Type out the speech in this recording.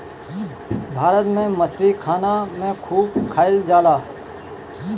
भारत में मछरी खाना में खूब खाएल जाला